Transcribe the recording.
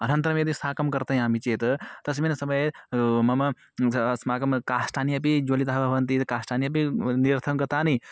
अनन्तरं यदि शाकं कर्तयामि चेत् तस्मिन् समये मम इन्धनम् अस्माकं यद् काष्ठानि अपि ज्वलितानि भवन्ति एतद् काष्ठानि अपि नीरसं गतानि